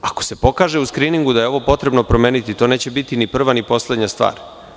Ako se pokaže u skriningu da je ovo potrebno promeniti, to neće biti ni prva ni poslednja stvar.